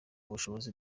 bushobozi